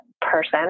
person